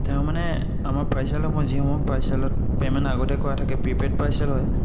তেওঁ মানে আমাৰ পাৰ্চেলসমূহ যিসমূহ পাৰ্চেলত পে'মেণ্ট আগতীয়াকৈ কৰা থাকে প্ৰিপেইড পাৰ্চেল হয়